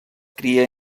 cria